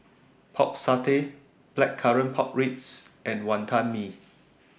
Pork Satay Blackcurrant Pork Ribs and Wonton Mee